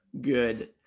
good